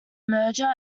merger